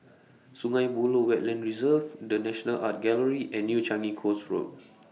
Sungei Buloh Wetland Reserve The National Art Gallery and New Changi Coast Road